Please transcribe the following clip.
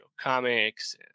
comics